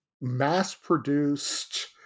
mass-produced